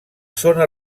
zona